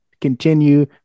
continue